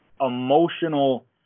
emotional